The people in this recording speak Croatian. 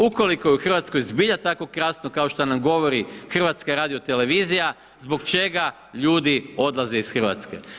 Ukoliko je u Hrvatskoj zbilja tako kasno kao što nam govori HRT, zbog čega ljudi odlaze iz Hrvatske?